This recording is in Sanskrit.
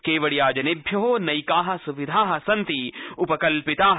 केवडिया जनेभ्यो नैका सुविधा सन्ति उपकल्पिता